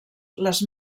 les